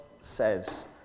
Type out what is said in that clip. says